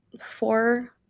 four